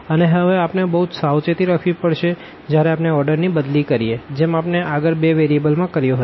અને હવે આપણે બહુ જ સાવચેતી રાખવી પડશે જ્યારે આપણે ઓર્ડર ની બદલી કરીએ જેમ આપણે આગળ બે વેરિયેબલમાં કર્યો હતો